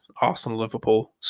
Arsenal-Liverpool